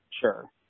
sure